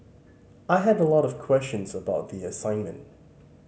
I had a lot of questions about the assignment